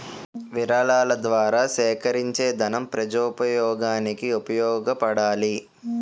విరాళాల ద్వారా సేకరించేదనం ప్రజోపయోగానికి ఉపయోగపడాలి